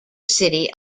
city